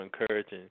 encouraging